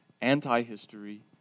anti-history